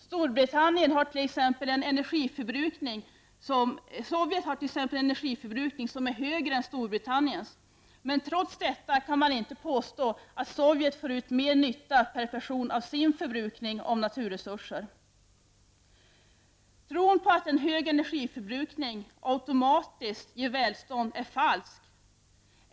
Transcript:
Sovjet har t.ex. en energiförbrukning som är högre än Storbritanniens, men trots detta kan man inte påstå att Sovjet får ut mer nytta per person av sin förbrukning av naturresurser. Tron på att hög energiförbrukning automatiskt ger välstånd är falsk.